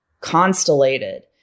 constellated